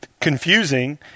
confusing